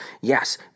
Yes